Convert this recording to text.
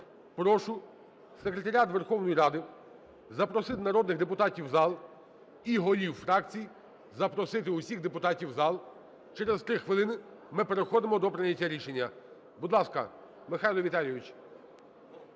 прошу секретаріат Верховної Ради запросити народних депутатів в зал і голів фракцій запросити усіх депутатів в зал, через 3 хвилини ми переходимо до прийняття рішення. Будь ласка. Михайло Віталійович.